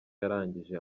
yarangije